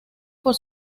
por